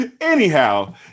Anyhow